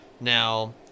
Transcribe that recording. now